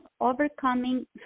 overcoming